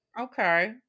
Okay